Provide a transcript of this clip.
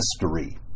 history